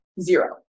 zero